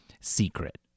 secret